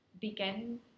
begin